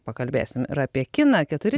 pakalbėsim ir apie kiną keturi